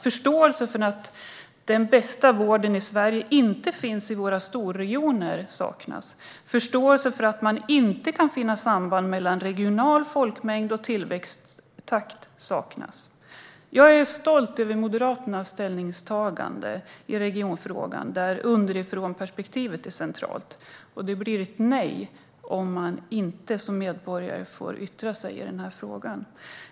Förståelsen för att den bästa vården i Sverige inte finns i våra storregioner saknas. Förståelsen för att man inte kan finna samband mellan regional folkmängd och tillväxttakt saknas. Jag är stolt över Moderaternas ställningstagande i regionfrågan där underifrånperspektivet är centralt. Det blir ett nej om man inte som medborgare får yttra sig i den här frågan.